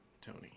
Tony